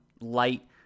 light